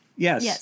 Yes